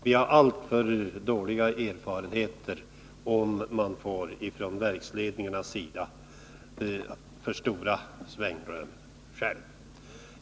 Vi har alltför dåliga erfarenheter av hur det blir om man ifrån verksledningarnas sida får för stort svängrum.